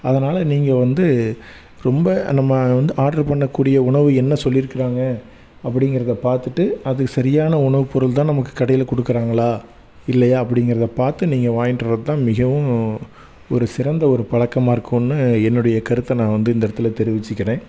அதனால் நீங்கள் வந்து ரொம்ப நம்ம வந்து ஆட்ரு பண்ணக்கூடிய உணவு என்ன சொல்லியிருக்குறாங்க அப்படிங்கிறத பார்த்துட்டு அது சரியான உணவுப் பொருள் தான் நமக்கு கடையில் கொடுக்குறாங்களா இல்லையா அப்படிங்கிறத பார்த்து நீங்கள் வாங்கிட்டு வரது தான் மிகவும் ஒரு சிறந்த ஒரு பழக்கமா இருக்கும்னு என்னுடைய கருத்தை நான் வந்து இந்த இடத்துல நான் தெரிவிச்சுக்கிறேன்